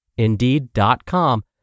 Indeed.com